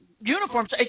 uniforms